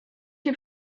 się